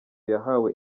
yahawe